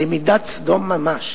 למידת סדום ממש.